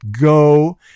go